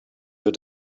your